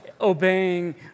obeying